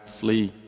flee